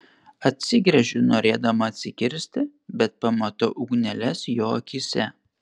atsigręžiu norėdama atsikirsti bet pamatau ugneles jo akyse